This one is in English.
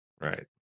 right